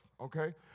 okay